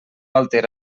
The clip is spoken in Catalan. altera